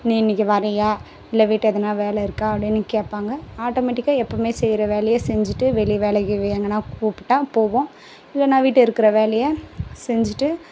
நீ இன்னைக்கு வரியா இல்லை வீட்டை எதனா வேலை இருக்கா அப்படின்னு கேட்பாங்க ஆட்டோமேடிக்காக எப்போவுமே செய்யிற வேலையை செஞ்சிவிட்டு வெளியே வேலைக்கு வே எங்கனா கூப்பிட்டா போவோம் இல்லைன்னா வீட்டை இருக்கிற வேலையை செஞ்சிவிட்டு